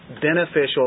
beneficial